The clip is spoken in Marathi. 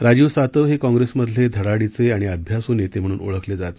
राजीव सातव हे काँग्रेसमधले धडाडीचे आणि अभ्यासू नेते म्हणून ओळखले जात